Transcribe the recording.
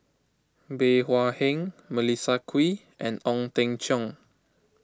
Bey Hua Heng Melissa Kwee and Ong Teng Cheong